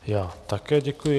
Já také děkuji.